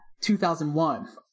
2001